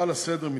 ההצעה לסדר-היום